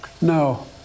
No